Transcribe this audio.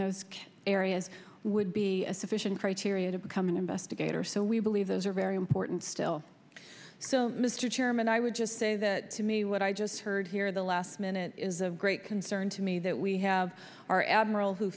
those areas would be a sufficient criteria to become an investigator so we believe those are very important still so mr chairman i would just say that to me what i just heard here the last minute is of great concern to me that we have our admiral who